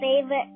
favorite